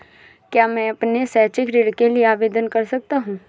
क्या मैं अपने शैक्षिक ऋण के लिए आवेदन कर सकता हूँ?